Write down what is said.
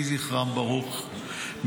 יהי זכרם ברוך,